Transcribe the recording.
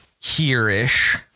here-ish